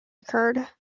occurred